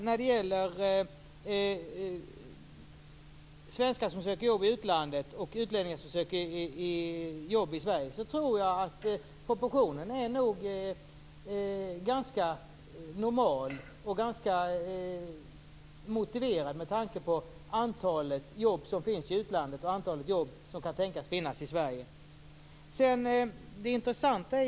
När det gäller svenskar som söker jobb i utlandet och utlänningar som söker jobb i Sverige tror jag att proportionerna är ganska normala och motiverade med tanke på det antal jobb som finns i utlandet och det antal jobb som kan tänkas finnas i Sverige.